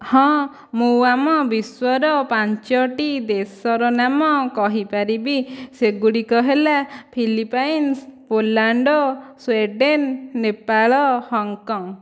ହଁ ମୁଁ ଆମ ବିଶ୍ୱର ପାଞ୍ଚଟି ଦେଶର ନାମ କହିପାରିବି ସେଗୁଡ଼ିକ ହେଲା Philippines Poland Sweden Nepal Hong Kong